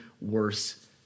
worse